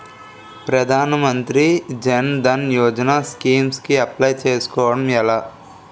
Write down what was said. ప్రధాన మంత్రి జన్ ధన్ యోజన స్కీమ్స్ కి అప్లయ్ చేసుకోవడం ఎలా?